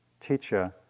teacher